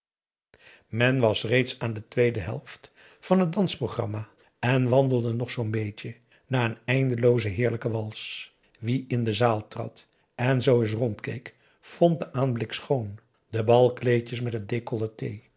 men was reeds aan de tweede helft van het dansprogram en wandelde nog zoo'n beetje na een eindelooze heerlijke wals wie in de zaal trad en zoo eens rondkeek vond den aanblik schoon de balkleedjes met p